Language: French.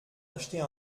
acheter